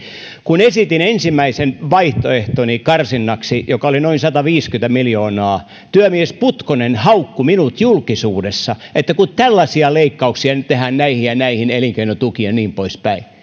kun esitin ensimmäisen vaihtoehtoni karsinnaksi joka oli noin sataviisikymmentä miljoonaa työmies putkonen haukkui minut julkisuudessa että kun tällaisia leikkauksia nyt tehdään näihin ja näihin elinkeinotukiin ja niin poispäin